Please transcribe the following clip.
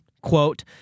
quote